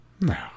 No